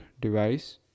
device